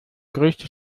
größte